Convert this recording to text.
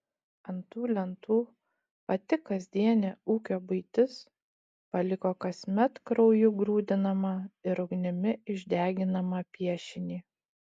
ant tų lentų pati kasdienė ūkio buitis paliko kasmet krauju grūdinamą ir ugnimi išdeginamą piešinį